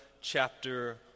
chapter